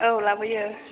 औ लाबोयो